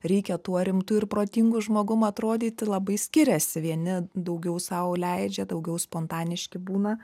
reikia tuo rimtu ir protingu žmogum atrodyti labai skiriasi vieni daugiau sau leidžia daugiau spontaniški būna